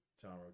genre